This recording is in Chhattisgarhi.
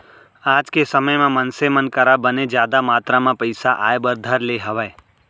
आज के समे म मनसे मन करा बने जादा मातरा म पइसा आय बर धर ले हावय